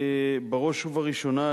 בראש ובראשונה,